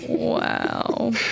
Wow